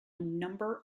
number